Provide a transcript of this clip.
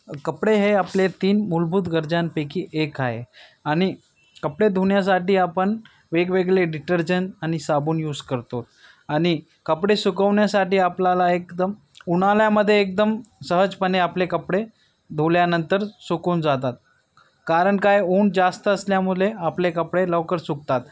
कपडे हे आपले तीन मूलभूत गरजांपैकी एक आहे आणि कपडे धुण्यासाठी आपण वेगवेगळे डिटर्जंट आणि साबण यूस करतो आणि कपडे सुकवण्यासाठी आपल्याला एकदम उन्हाळ्यामध्ये एकदम सहजपणे आपले कपडे धुतल्यानंतर सुकून जातात कारण काय ऊन जास्त असल्यामुळे आपले कपडे लवकर सुकतात